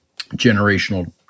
Generational